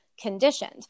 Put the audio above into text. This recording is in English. conditioned